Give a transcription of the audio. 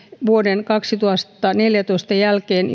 vuoden kaksituhattaneljätoista jälkeen